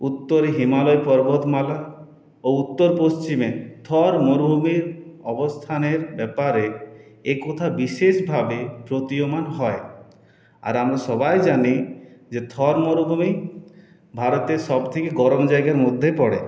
উত্তরে হিমালয় পর্বতমালা ও উত্তর পশ্চিমে থর মরুভূমির অবস্থানের ব্যাপারে একথা বিশেষভাবে প্রতিয়মান হয় আর আমরা সবাই জানি যে থর মরুভূমি ভারতের সবথেকে গরম জায়গার মধ্যে পড়ে